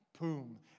boom